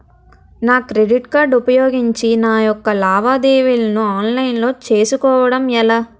నా credit card ఉపయోగించి నా యెక్క లావాదేవీలను ఆన్లైన్ లో చేసుకోవడం ఎలా?